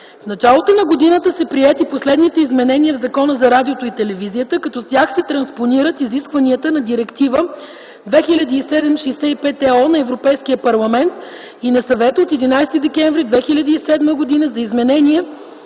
В началото на годината са приети последните изменения в Закона за радиото и телевизията като с тях се транспонират изискванията на Директива 2007/65/ЕО на Европейския парламент и на Съвета от 11 декември 2007 г. за изменение